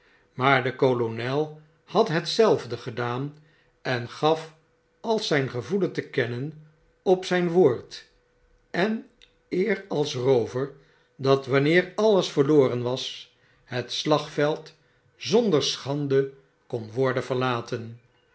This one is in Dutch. maar de kolonel had hetzelfde gedaan en gaf als zijn gevoelen te kennen op zyn woord en eer als roofer dat wanneer alles verloren was het slagveld zonder schande kon worden verlaten